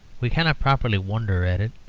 we cannot properly wonder at it.